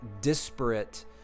disparate